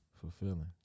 fulfilling